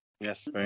Yes